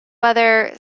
whether